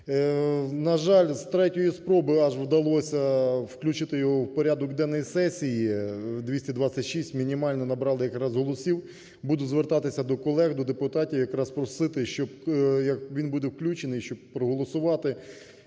На жаль, з третьої спроби аж, вдалося включити його в порядок денний сесії, 226 мінімально набрали якраз голосів, буду звертатися до колег, до депутатів, якраз просити, як він буде включений, щоб проголосувати